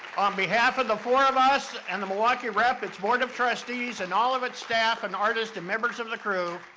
on behalf of the four of us, and the milwaukee rep, its board of trustees and all of its staff and artists and members of the crew,